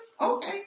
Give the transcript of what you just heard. Okay